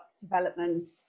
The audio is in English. Development